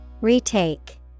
Retake